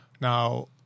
Now